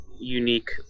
unique